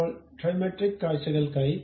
ഇപ്പോൾ ട്രിമെട്രിക് കാഴ്ചയ്ക്കായി